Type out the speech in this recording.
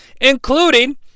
including